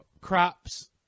crops